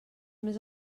més